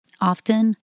Often